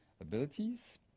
abilities